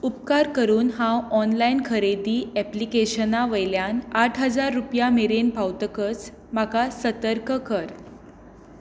उपकार करून हांव ऑनलायन खरेदी ऍप्लिकेशनां वयल्यान आठ हजार रुपया मेरेन पावतकच म्हाका सतर्क कर